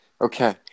Okay